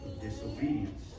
disobedience